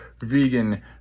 vegan